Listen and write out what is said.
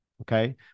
Okay